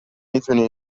میتونی